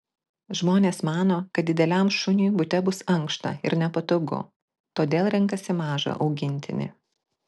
žmonės mano kad dideliam šuniui bute bus ankšta ir nepatogu todėl renkasi mažą augintinį